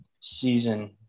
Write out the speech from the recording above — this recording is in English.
season